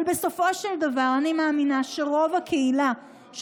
אבל בסופו של דבר אני מאמינה שרוב הקהילה של